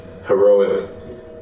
heroic